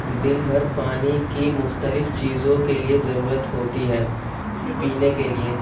دن بھر پانی کی مختلف چیزوں کے لیے ضرورت ہوتی ہے پینے کے لیے